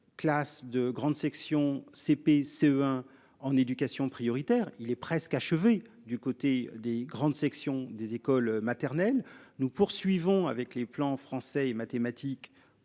Classes de grande section, CP, CE1 en éducation prioritaire. Il est presque achevée du côté des grandes sections des écoles maternelles. Nous poursuivons avec les plans français et mathématiques